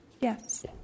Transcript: Yes